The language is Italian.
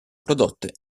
prodotte